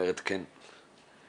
אני